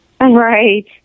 Right